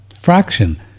fraction